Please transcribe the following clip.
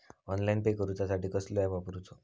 Online pay करूचा साठी कसलो ऍप वापरूचो?